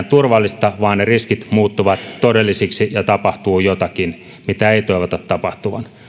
turvallista vaan riskit muuttuvat todellisiksi ja tapahtuu jotakin mitä ei toivota tapahtuvan